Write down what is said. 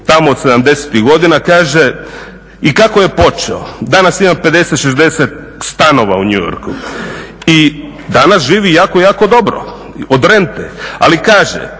sedamdesetih godina. Kaže i kako je počeo. Danas ima 50, 60 stanova u New Yorku i danas živi jako, jako dobro od rente. Ali kaže